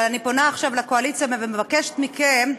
אבל אני פונה עכשיו לקואליציה ומבקשת מכם: